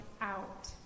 out